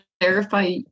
clarify